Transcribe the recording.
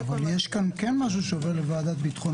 אבל יש כאן כן משהו שעובר לוועדת ביטחון